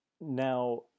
Now